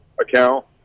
account